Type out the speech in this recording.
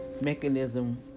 mechanism